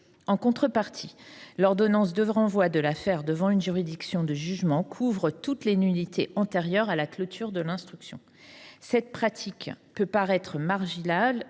En contrepartie, l’ordonnance de renvoi de l’affaire devant une juridiction de jugement couvre toutes les nullités antérieures à la clôture de l’instruction. Cette pratique peut paraître marginale